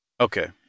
okay